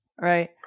Right